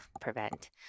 prevent